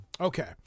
Okay